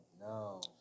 no